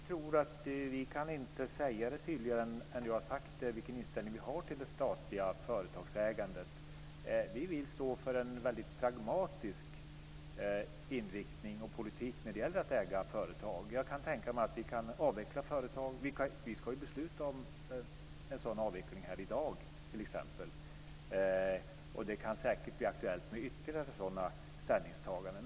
Herr talman! Jag tror inte att vi kan säga tydligare än du vilken inställning vi har till det statliga företagsägandet. Vi vill stå för en väldigt pragmatisk inriktning och politik när det gäller att äga företag. Jag kan tänka mig att vi kan avveckla företag. Vi ska besluta om en sådan avveckling här i dag, t.ex. Det kan säkert bli aktuellt med ytterligare sådana ställningstaganden.